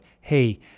Hey